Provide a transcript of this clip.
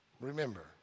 Remember